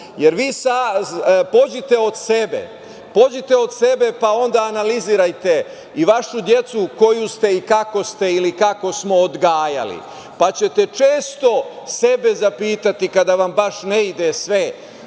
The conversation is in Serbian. obrasca. Pođite od sebe, pa onda analizirajte i vašu decu koju ste i kako ste, ili kako smo, odgajali, pa ćete često sebe zapitati kada vam baš ne ide sve